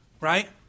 right